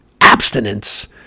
abstinence